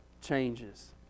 changes